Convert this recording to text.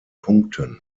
punkten